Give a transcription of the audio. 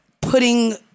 putting